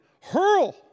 hurl